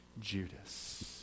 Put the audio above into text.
Judas